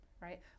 Right